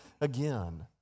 again